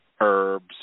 herbs